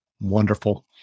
Wonderful